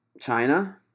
China